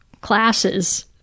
classes